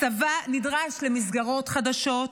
הצבא נדרש למסגרות חדשות,